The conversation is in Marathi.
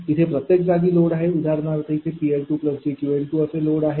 इथे प्रत्येक जागी लोड आहे उदाहरणार्थ इथे PL2jQL2 असे लोड आहे